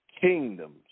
kingdoms